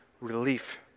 relief